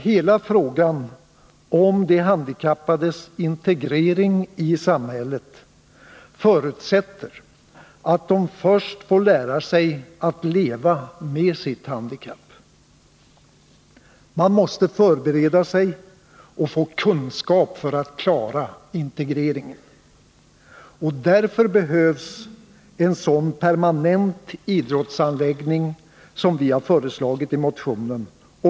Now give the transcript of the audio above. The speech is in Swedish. Hela frågan om de handikappades integrering i samhället förutsätter att de först får lära sig att leva med sitt handikapp. Man måste förbereda sig och få kunskap för att klara integreringen. Därför behövs en sådan permanent idrottsanläggning som vi föreslagit i motionen.